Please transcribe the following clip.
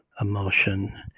emotion